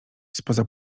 spoza